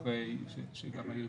כשהיה